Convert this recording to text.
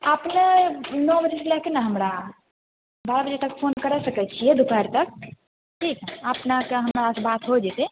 अपने नओ बजे से लैके ने हमरा बारह बजे तक फोन करि सकैत छियै दुपहर तक ठीक हइ अपनेके हमरा से बात हो जइते